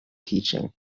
teaching